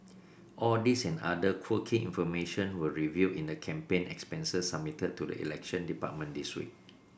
all these and other quirky information were revealed in the campaign expenses submitted to the Elections Department this week